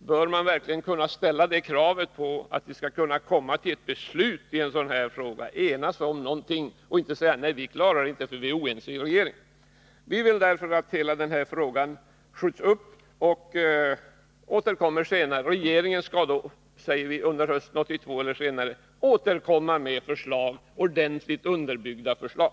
bör verkligen kunna ställa det kravet på en regering som åtar sig att regera landet, att den skall kunna enas och komma fram till ett beslut i en sådan här fråga och inte säga att man inte klarar det, därför att man är oense i regeringen. Vi vill därför att hela den frågan skjuts upp och tas upp senare. Vi säger att regeringen under hösten 1982 eller senare skall återkomma med ordentligt underbyggda förslag.